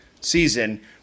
season